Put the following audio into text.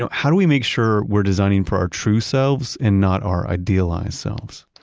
and how do we make sure we're designing for our true selves and not our idealized selves